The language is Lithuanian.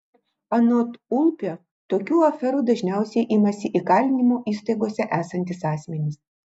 anot ulpio tokių aferų dažniausiai imasi įkalinimo įstaigose esantys asmenys